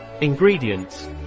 Ingredients